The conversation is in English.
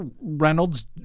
Reynolds